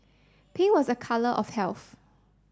pea was a colour of health